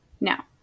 Now